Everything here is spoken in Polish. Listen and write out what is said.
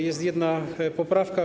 Jest jedna poprawka.